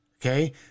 okay